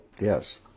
Yes